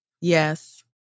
Yes